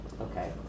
Okay